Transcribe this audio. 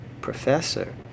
professor